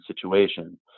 situation